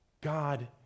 God